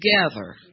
together